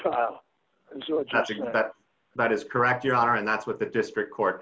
that that is correct your honor and that's what the district court